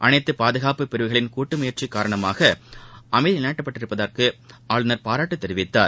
அனைத்து பாதுகாப்பு பிரிவுகளின் கூட்டுமுயற்சிகாரணமாக அமைதிநிலைநாட்டப் பட்டிருப்பதற்கு ஆளுநர் பாராட்டுதெரிவித்தார்